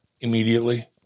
immediately